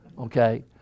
okay